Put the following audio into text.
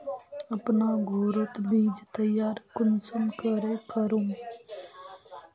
अपना घोरोत बीज तैयार कुंसम करे करूम?